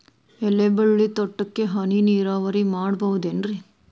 ಎಲೆಬಳ್ಳಿ ತೋಟಕ್ಕೆ ಹನಿ ನೇರಾವರಿ ಮಾಡಬಹುದೇನ್ ರಿ?